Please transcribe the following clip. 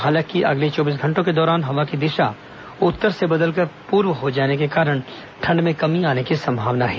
हालांकि अगले चौबीस घंटों के दौरान हवा की दिशा उत्तर से बदलकर पूरब हो जाने के कारण ठंड में कमी आने की संभावना है